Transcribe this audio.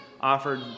offered